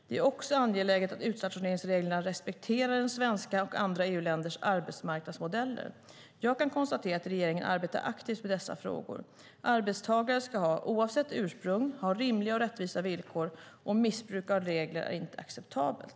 Det är också angeläget att utstationeringsreglerna respekterar den svenska och andra EU-länders arbetsmarknadsmodeller. Jag kan konstatera att regeringen arbetar aktivt med dessa frågor. Arbetstagare ska, oavsett ursprung, ha rimliga och rättvisa villkor, och missbruk av regler är inte acceptabelt.